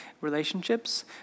relationships